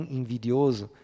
invidioso